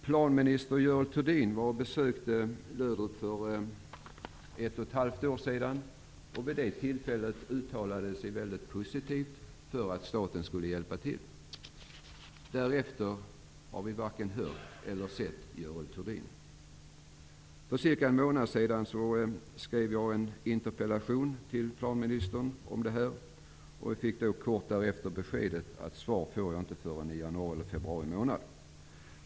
Planminister Görel Thurdin besökte Löderup för ett och ett halvt år sedan, och vid det tillfället uttalade hon sig väldigt positivt för att staten skulle hjälpa till. Därefter har vi varken hört eller sett För cirka en månad sedan skrev jag en interpellation till planministern om det här, och jag fick kort därefter beskedet att jag inte får något svar förrän i januari eller februari månad.